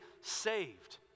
saved